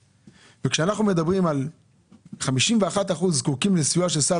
כשאנחנו שומעים על 51% שזקוקים לסיוע בסל